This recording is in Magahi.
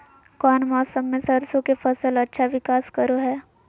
कौन मौसम मैं सरसों के फसल अच्छा विकास करो हय?